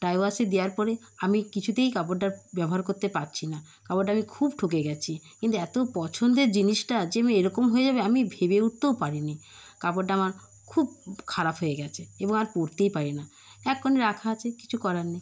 dry ওয়াশে দেওয়ার পরে আমি কিছুতেই কাপড়টা ব্যবহার করতে পারছি না কাপড়টা আমি খুব ঠকে গেছি কিন্তু এতো পছন্দের জিনিসটা যে আমি এরকম হয়ে যাবে আমি ভেবে উঠতেও পারিনি কাপড়টা আমার খুব খারাপ হয়ে গেছে এবার পরতেই পারি না এক কোণে রাখা আছে কিছু করার নেই